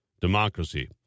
Democracy